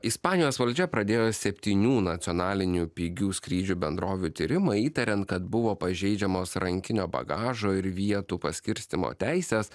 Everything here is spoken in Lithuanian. ispanijos valdžia pradėjo septynių nacionalinių pigių skrydžių bendrovių tyrimai įtariant kad buvo pažeidžiamos rankinio bagažo ir vietų paskirstymo teisės